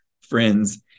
friends